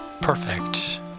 Perfect